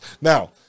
Now